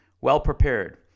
Well-prepared